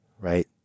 Right